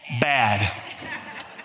bad